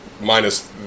minus